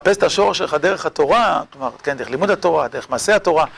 תחפש את השור שלך דרך התורה, כלומר, דרך לימוד התורה, דרך מעשה התורה